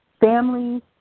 Families